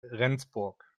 rendsburg